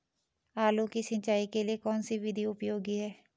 आलू की सिंचाई के लिए कौन सी विधि उपयोगी है?